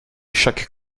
chaque